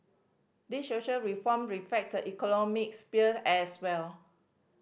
the social reform economic sphere as well